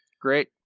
Great